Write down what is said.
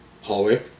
hallway